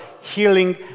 healing